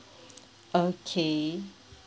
okay